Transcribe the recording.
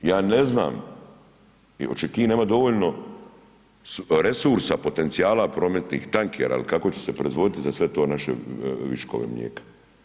Ja ne znam, hoće Kina imati dovoljno resursa, potencijala prometnih, tankera ili kako će se proizvoditi za sve to naše viškove mlijeka.